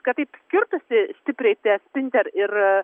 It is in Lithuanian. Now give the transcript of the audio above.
kad taip skirtųsi stipriai tie spinter ir